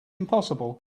impossible